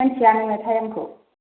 मिन्थिया नोङो टाइमखौ